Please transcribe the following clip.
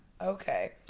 Okay